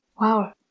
Wow